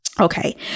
okay